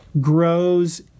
grows